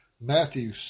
Matthew